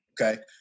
Okay